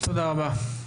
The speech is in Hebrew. תודה רבה.